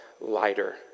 lighter